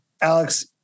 Alex